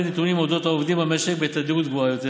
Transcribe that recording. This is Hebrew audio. נתונים על אודות העובדים במשק בתדירות גבוהה יותר